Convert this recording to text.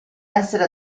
essere